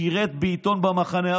שירת בעיתון במחנה.